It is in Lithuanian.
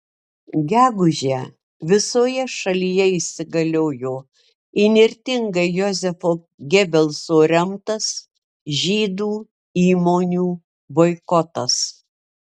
gegužę visoje šalyje įsigaliojo įnirtingai jozefo gebelso remtas žydų įmonių boikotas